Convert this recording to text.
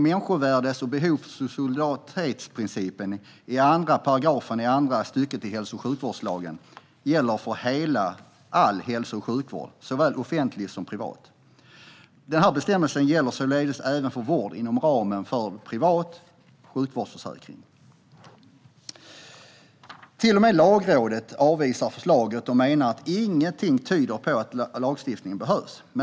Människovärdes-, behovs och solidaritetsprincipen i 2 § andra stycket i hälso och sjukvårdslagen gäller för all hälso och sjukvård såväl offentlig som privat. Den bestämmelsen gäller således även för vård inom ramen för en privat sjukvårdsförsäkring. Till och med Lagrådet avvisar förslaget och menar att ingenting tyder på att lagstiftningen behövs.